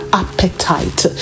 appetite